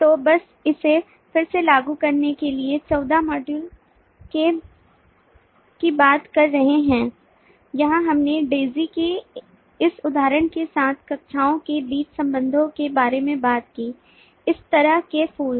तो बस इसे फिर से लागू करने के लिए 14 मॉड्यूल की बात कर रहे हैं जहां हमने डेज़ी के इस उदाहरण के साथ कक्षाओं के बीच संबंधों के बारे में बात की इस तरह के फूल